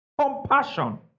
Compassion